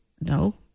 no